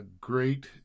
Great